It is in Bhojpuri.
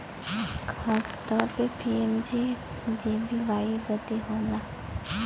खासतौर पर पी.एम.जे.जे.बी.वाई बदे होला